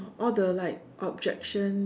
all the like objection